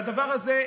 והדבר הזה,